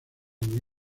muy